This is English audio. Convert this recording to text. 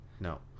No